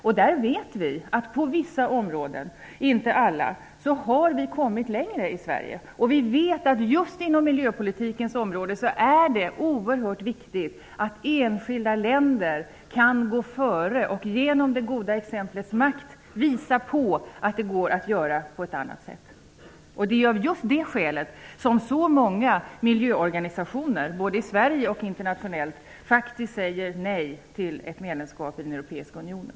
Vi vet att Sverige på vissa områden -- inte alla -- kommit längre. Vi vet också att just inom miljöpolitikens område är det oerhört viktigt att enskilda länder kan gå före och genom det goda exemplets makt visa på hur det går att göra. Det är just av det skälet som väldigt många miljöorganisationer, i både Sverige och internationellt, faktiskt säger nej till ett medlemskap i den europeiska unionen.